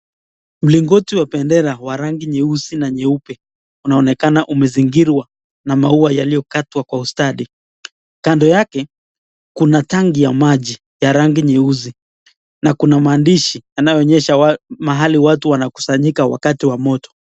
Mlingoti wa bendera wa rangi nyeusi na nyeupe unaonekana umezingirwa na maua yaliokatwa kwa ustadi. Kando yake kuna tangi ya maji ya rangi nyeusi na kuna maandishi yanayoonyesha mahali watu wanakusanyika wakati wa moto.